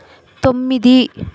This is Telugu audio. తొమ్మిది